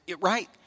right